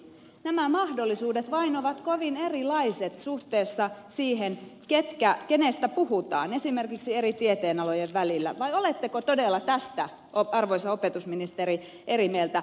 nämä mahdollisuudet vain ovat kovin erilaiset suhteessa siihen kenestä puhutaan esimerkiksi eri tieteenalojen välillä vai oletteko todella tästä arvoisa opetusministeri eri mieltä